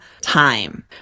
time